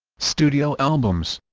studio albums